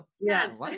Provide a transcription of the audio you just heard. Yes